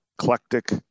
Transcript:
eclectic